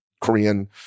Korean